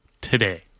today